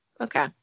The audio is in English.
Okay